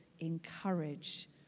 encourage